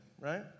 right